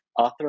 author